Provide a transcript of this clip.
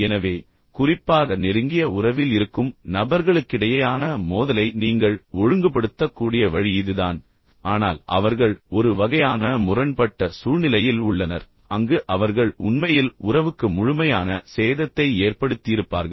எனவே குறிப்பாக நெருங்கிய உறவில் இருக்கும் நபர்களுக்கிடையேயான மோதலை நீங்கள் ஒழுங்குபடுத்தக்கூடிய வழி இதுதான் ஆனால் அவர்கள் ஒரு வகையான முரண்பட்ட சூழ்நிலையில் உள்ளனர் அங்கு அவர்கள் உண்மையில் உறவுக்கு முழுமையான சேதத்தை ஏற்படுத்தியிருப்பார்கள்